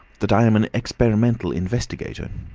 that i am an experimental investigator.